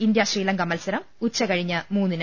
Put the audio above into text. India Sri Lanka മത്സരം ഉച്ചകഴിഞ്ഞ് മൂന്നിന്